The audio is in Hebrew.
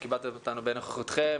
שכיבדתן אותנו בנוכחותכן,